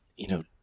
you know,